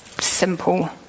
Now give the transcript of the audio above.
simple